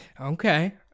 Okay